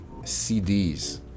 CDs